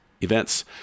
events